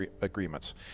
agreements